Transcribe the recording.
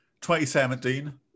2017